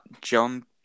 John